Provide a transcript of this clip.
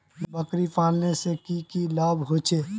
बकरी पालने से की की लाभ होचे?